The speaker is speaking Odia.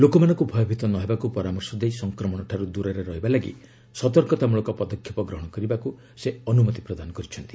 ଲୋକମାନଙ୍କୁ ଭୟଭୀତ ନହେବାକୁ ପରାମର୍ଶ ଦେଇ ସଂକ୍ରମଶଠାରୁ ଦୂରରେ ରହିବା ଲାଗି ସତର୍କତାମୂଳକ ପଦକ୍ଷେପ ଗ୍ରହଣ କରିବାକୁ ସେ ଅନୁମତି ପ୍ରଦାନ କରିଛନ୍ତି